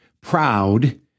proud